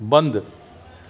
बंदि